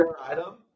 item